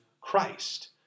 Christ